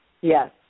Yes